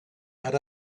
had